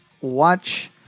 watch